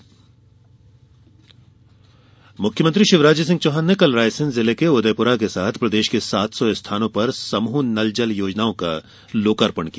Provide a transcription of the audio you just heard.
जल प्रदाय योजना मुख्यमंत्री शिवराज सिंह चौहान ने कल रायसेन जिले के उदयपुरा के साथ प्रदेश के सात सौ स्थानों पर समूह नल जल योजनाओं का लोकार्पण किया